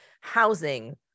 housing